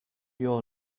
your